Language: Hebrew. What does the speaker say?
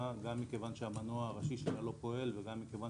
מכיוון שהמנוע הראשי שלה לא פועל וגם מכיוון